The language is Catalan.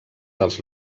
dels